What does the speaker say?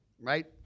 right